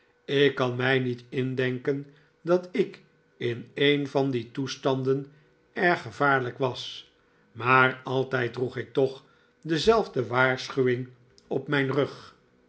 ik kan mij niet indenken dat ik in een van die toestanden erg gevaarlijk was maar altijd droeg ik toch dezelfde waarschuwing op mijn rug